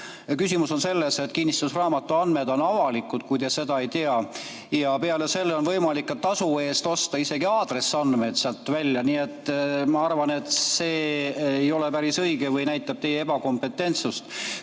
Küsimus on selles, et kinnistusraamatu andmed on avalikud, kui te seda ei tea, ja peale selle on võimalik ka tasu eest osta isegi aadressiandmed sealt välja. Nii et ma arvan, et see kriitika ei ole päris õige ja näitab teie ebakompetentsust.